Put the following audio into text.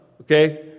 okay